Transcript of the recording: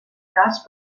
cas